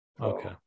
Okay